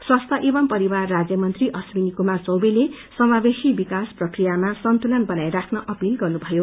स्वास्थ्य एवम् परिवार राज्यमंत्री अश्विनी कुमार चौबेले समावेशी विकास प्रक्रियामा संतुलन बनाइराख्न अपील गर्नुभयो